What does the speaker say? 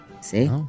See